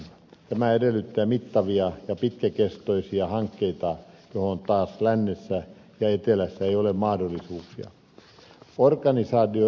tämä edellyttää mittavia ja pitkäkestoisia hankkeita mihin taas lännessä ja etelässä ei ole mahdollisuuksia